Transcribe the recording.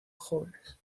jóvenes